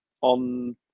on